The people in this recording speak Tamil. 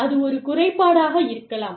அது ஒரு குறைபாடாக இருக்கலாம்